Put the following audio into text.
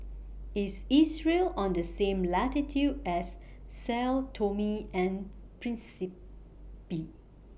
IS Israel on The same latitude as Sao Tome and Principe